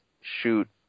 shoot